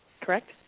correct